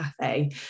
Cafe